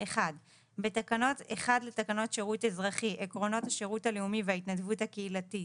בתקנה 1 לתקנות שירות אזרחי (עקרונות השירות הלאומי וההתנדבות הקהילתית)